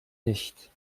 nicht